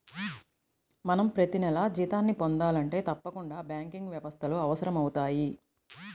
మనం ప్రతినెలా జీతాన్ని పొందాలంటే తప్పకుండా బ్యాంకింగ్ వ్యవస్థలు అవసరమవుతయ్